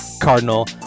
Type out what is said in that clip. Cardinal